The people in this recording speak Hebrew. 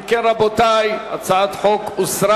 אם כן, הצעת החוק הוסרה